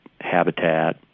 habitat